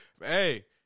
Hey